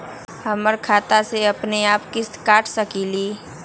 हमर खाता से अपनेआप किस्त काट सकेली?